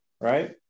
right